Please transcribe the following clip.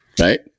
Right